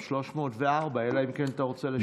לא, ביקשת את 304, אלא אם כן אתה רוצה לשנות.